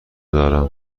دارم